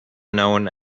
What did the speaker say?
known